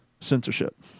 censorship